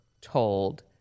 told